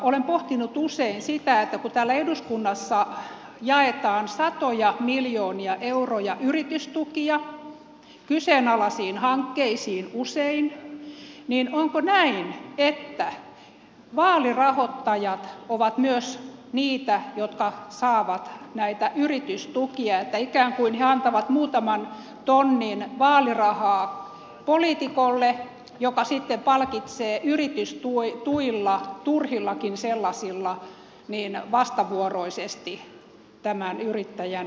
olen pohtinut usein sitä että kun täällä eduskunnassa jaetaan satoja miljoonia euroja yritystukia kyseenalaisiin hankkeisiin usein niin onko näin että vaalirahoittajat ovat myös niitä jotka saavat näitä yritystukia että ikään kuin he antavat muutaman tonnin vaalirahaa poliitikolle joka sitten palkitsee yritystuilla turhillakin sellaisilla vastavuoroisesti tämän yrittäjän